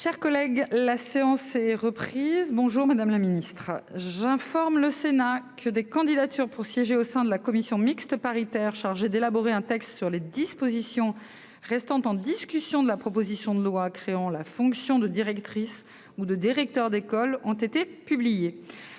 est suspendue. La séance est reprise. J'informe le Sénat que des candidatures pour siéger au sein de la commission mixte paritaire chargée l'élaborer un texte sur les dispositions restant en discussion de la proposition de loi créant la fonction de directrice ou de directeur d'école, ont été publiées.